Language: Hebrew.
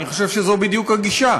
אני חושב שזו בדיוק הגישה.